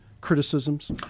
criticisms